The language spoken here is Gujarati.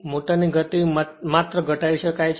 મોટરની ગતિ માત્ર ઘટાડી શકાય છે